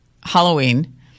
Halloween